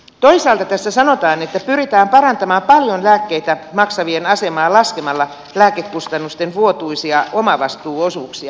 toisaalta tässä sanotaan että pyritään parantamaan paljon lääkkeitä maksavien asemaa laskemalla lääkekustannusten vuotuisia omavastuuosuuksia